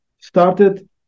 Started